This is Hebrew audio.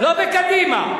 לא בקדימה.